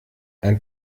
ein